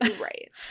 Right